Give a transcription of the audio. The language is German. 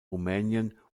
rumänien